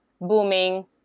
booming